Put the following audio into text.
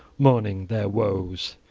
mourning their woes.